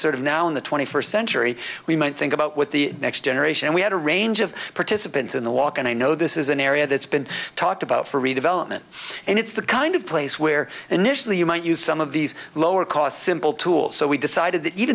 sort of now in the twenty first century we might think about what the next generation and we had a range of participants in the walk and i know this is an area that's been talked about for redevelopment and it's the kind of place where initially you might use some of these lower cost simple tools so we decided t